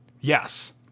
Yes